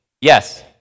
Yes